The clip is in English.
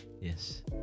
yes